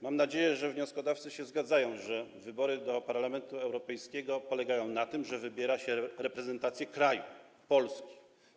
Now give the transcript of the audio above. Mam nadzieję, że wnioskodawcy się zgadzają, że wybory do Parlamentu Europejskiego polegają na tym, że wybiera się reprezentację kraju, Polski.